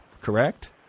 correct